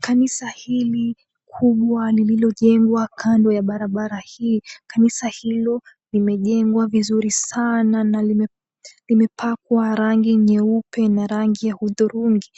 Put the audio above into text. Kanisa hili kubwa lililojengwa kando ya barabara hii, kanisa hilo limejengwa vizuri sana na limepakwa rangi nyeupe na rangi ya hudhurungi,